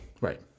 Right